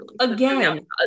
Again